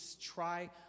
try